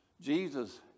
Jesus